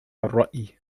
الرأي